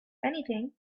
anything